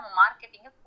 marketing